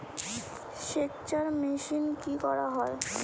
সেকচার মেশিন কি করা হয়?